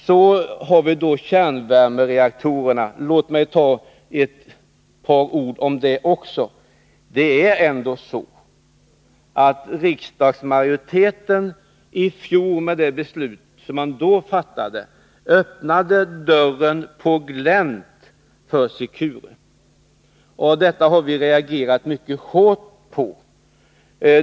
Låt mig också säga ett par ord om kärnvärmereaktorerna. Det är ändå så att riksdagsmajoriteten i fjol med det beslut som då fattades öppnade dörren på glänt för Secure. Detta har vi reagerat mycket hårt emot.